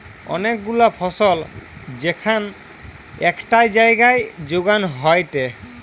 অনেক গুলা ফসল যেখান একটাই জাগায় যোগান হয়টে